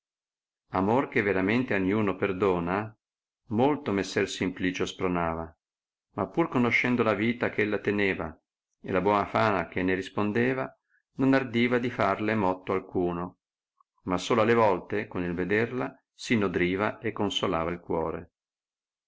amor che veramente a niuno perdona molto messer simplicio spronava ma pur conoscendo la vita che ella teneva e la buona fama che ne rispondeva non ardiva di farle motto alcuno ma solo alle volte con il vederla si nodriva e consolava il cuore